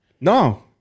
No